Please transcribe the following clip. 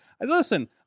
Listen